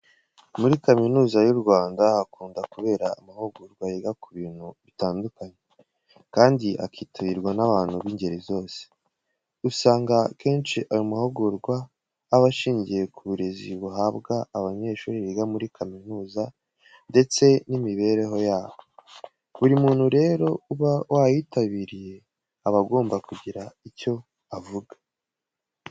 Muri Kaminuza y'u Rwanda hakunda kubera amahugurwa yiga ku bintu bitandukanye, kandi akitabirwa n'abantu b'ingeri zose. Usanga akenshi ayo mahugurwa aba ashingiye ku burezi buhabwa abanyeshuri biga muri kaminuza, ndetse n'imibereho yabo. Buri muntu rero uba wayitabiriye, aba agomba kugira icyo avuga.